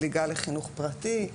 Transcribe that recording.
זליגה לחינוך פרטי.